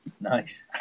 Nice